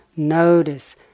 notice